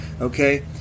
Okay